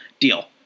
Deal